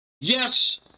yes